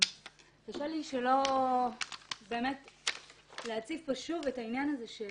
קשה לי שלא להציף פה שיש תחושה,